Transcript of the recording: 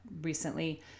recently